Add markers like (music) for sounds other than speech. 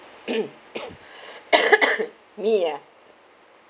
(noise) (coughs) me ah